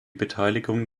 beteiligung